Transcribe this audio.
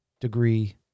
degree